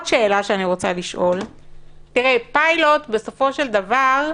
אני חושב שפיילוט שונה לגמרי מכל תקנה אחרת,